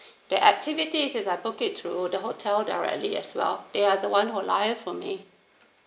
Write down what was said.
that activity is I booked it through the hotel directly as well they are the one who liaise for me